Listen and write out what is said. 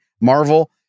Marvel